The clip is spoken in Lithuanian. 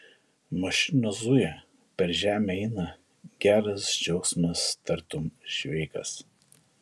mašinos zuja per žemę eina geras džiaugsmas tartum šveikas